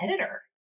editor